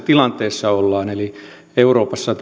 tilanteessa euroopassa